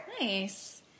Nice